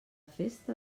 festa